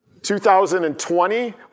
2020